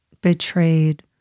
betrayed